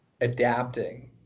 adapting